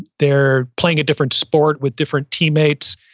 they're playing a different sport with different teammates,